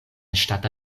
ŝtata